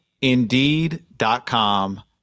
indeed.com